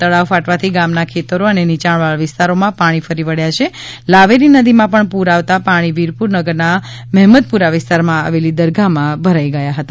તળાવ ફાટવાથી ગામના ખેતરો અને નીચાણવાળા વિસ્તારોમાં પાણી ફરી વળ્યાં છે લાવેરી નદીમાં પણ પુર આવતા પાણી વીરપુર નગરના મહેમદપુરા વિસ્તારમાં આવેલી દરગાહમાં પાણી ભરાઇ ગયા હતા